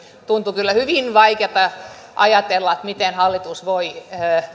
tuntui kyllä hyvin vaikealta ajatella miten hallitus voi